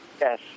Yes